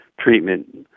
treatment